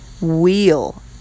wheel